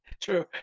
True